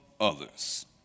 others